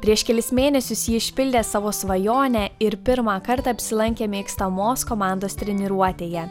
prieš kelis mėnesius ji išpildė savo svajonę ir pirmą kartą apsilankė mėgstamos komandos treniruotėje